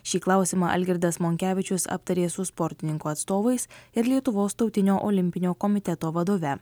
šį klausimą algirdas monkevičius aptarė su sportininkų atstovais ir lietuvos tautinio olimpinio komiteto vadove